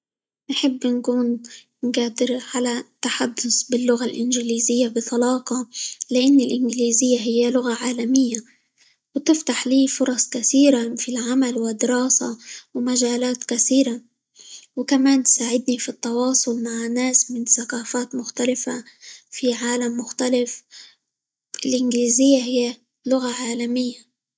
نحب نكون قادر على التحدث باللغة الإنجليزية بطلاقة؛ لإن الانجليزية هي لغة عالمية، وتفتح لي فرص كثيرة في العمل، والدراسة، ومجالات كثيرة، وكمان تساعدني في التواصل مع ناس من ثقافات مختلفة، في عالم مختلف، الإنجليزية هي لغة عالمية.